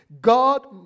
God